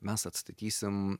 mes atstatysim